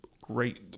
great